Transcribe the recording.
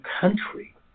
country